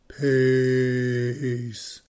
Peace